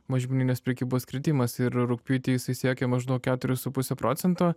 mažmeninės prekybos kritimas ir rugpjūtį jisai siekė maždaug keturis su puse procento